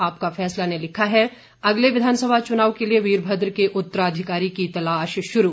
आपका फैसला ने लिखा है अगले विधानसभा चुनाव के लिये वीरभद्र के उत्तराधिकारी की तलाश शुरू